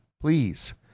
Please